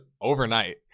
overnight